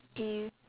if